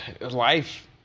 life